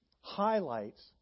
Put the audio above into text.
highlights